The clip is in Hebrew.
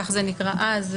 כך זה נקרא אז,